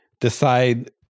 decide